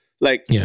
Like-